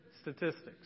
statistics